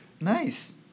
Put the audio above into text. nice